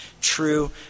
true